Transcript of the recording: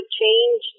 change